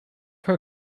her